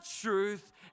truth